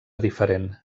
diferent